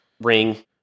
ring